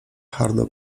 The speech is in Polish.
hardo